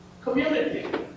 community